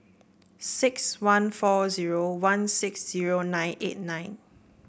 six one four zero one six zero nine eight nine